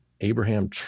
Abraham